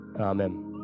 Amen